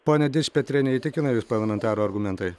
ponia dičpetriene įtikina jus parlamentarų argumentai